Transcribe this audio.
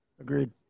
agreed